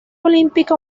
olímpico